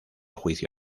juicio